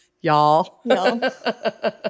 y'all